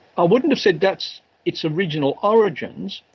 i wouldn't have said that's its original origins,